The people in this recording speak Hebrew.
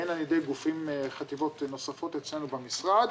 והן על ידי גופים מחטיבות נוספות אצלנו במשרד.